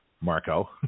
Marco